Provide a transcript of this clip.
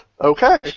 Okay